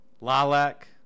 Lilac